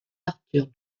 arthur